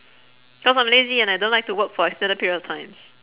cause I'm lazy and I don't like to work for extended period of times